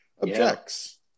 objects